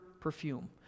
perfume